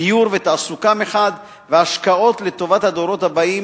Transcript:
דיור ותעסוקה מחד והשקעות לטובת הדורות הבאים,